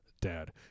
dad